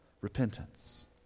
repentance